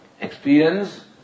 Experience